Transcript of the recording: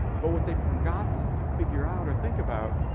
but what they forgot to figure out or think about,